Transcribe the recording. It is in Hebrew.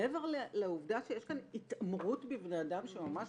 מעבר לעובדה שיש כאן התעמרות בבני אדם שממש